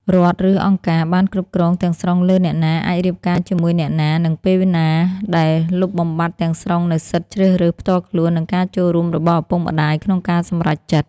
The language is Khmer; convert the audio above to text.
រដ្ឋ ឬ "អង្គការ" បានគ្រប់គ្រងទាំងស្រុងលើអ្នកណាអាចរៀបការជាមួយអ្នកណា និងពេលណា ដោយលុបបំបាត់ទាំងស្រុងនូវសិទ្ធិជ្រើសរើសផ្ទាល់ខ្លួននិងការចូលរួមរបស់ឪពុកម្តាយក្នុងការសម្រេចចិត្ត។